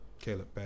Caleb